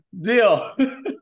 deal